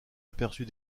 aperçus